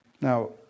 Now